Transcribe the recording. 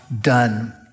done